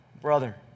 brother